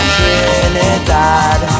Trinidad